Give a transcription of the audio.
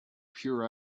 pure